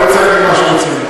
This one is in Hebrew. אבל אני רוצה להגיד משהו רציני.